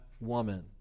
woman